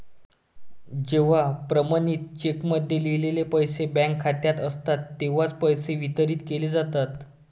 जेव्हा प्रमाणित चेकमध्ये लिहिलेले पैसे बँक खात्यात असतात तेव्हाच पैसे वितरित केले जातात